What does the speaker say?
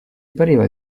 pareva